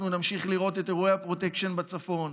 אנחנו נמשיך לראות את אירועי הפרוטקשן בצפון,